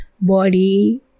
body